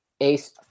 Ace